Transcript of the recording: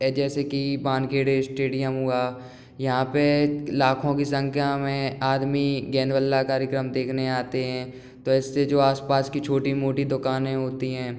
और जैसे कि वानखेड़े स्टेडियम हुआ यहाँ पर लाखों की संख्या में आदमी गेंद बल्ला कार्यक्रम देखने आते हैं तो इससे जो आस पास की छोटी मोटी दुकाने होती हैं